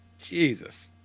Jesus